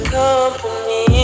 company